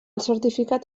certificat